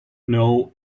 know